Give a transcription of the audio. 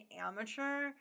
amateur